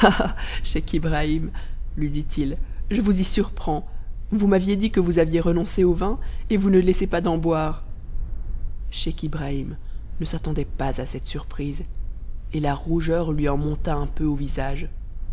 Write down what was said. scheich ibrahim lui dit-il je vous y surprends vous m'avez fi vous aviez renoncé au vin et vous ne laissez pas d'en boire scheich ibrahim ne s'attendait pas à cette surprise et la rougeur lui en onta un peu au visage